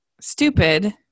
stupid